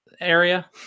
area